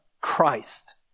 Christ